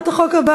מדוע מרב?